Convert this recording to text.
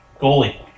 Goalie